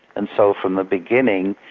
and so from the beginning,